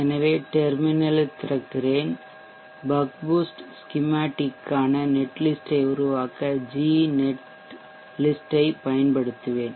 எனவே டெர்மினலை திறக்கிறேன் பக் பூஸ்ட் ஸ்கிமேட்டடிக் க்கான நெட்லிஸ்ட்டை உருவாக்க Gnet list ஐ பயன்படுத்துவேன்